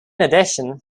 addition